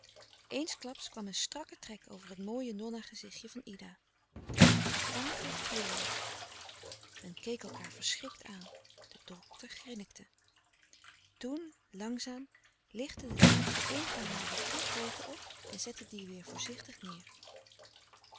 kwam een strakke trek over het mooie nonna gezichtje van ida de tafel trilde men keek elkaâr verschrikt aan de dokter grinnikte toen langzaam lichtte de tafel een van hare drie pooten op en zette die weêr voorzichtig neêr